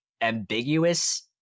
ambiguous